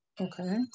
Okay